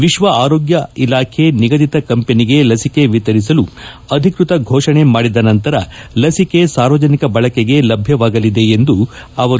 ವಿಶ್ವ ಆರೋಗ್ಯ ಇಲಾಖೆ ನಿಗದಿತ ಕಂಪನಿಗೆ ಲಸಿಕೆ ವಿತರಿಸಲು ಅಧಿಕೃತ ಘೋಷಣೆ ಮಾಡಿದ ನಂತರ ಲಸಿಕೆ ಸಾರ್ವಜನಿಕ ಬಳಕೆಗೆ ಲಭ್ಯವಾಗಲಿದೆ ಎಂದರು